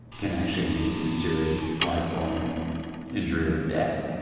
can actually lead to serious lifelong injury or death.